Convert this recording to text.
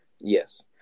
Yes